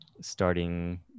starting